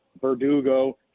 Verdugo